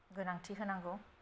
गोनांथि होनांगौ